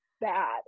bad